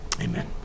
Amen